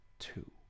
Two